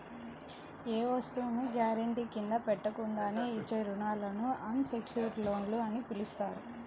ఏ వస్తువును గ్యారెంటీ కింద పెట్టకుండానే ఇచ్చే రుణాలను అన్ సెక్యుర్డ్ లోన్లు అని పిలుస్తారు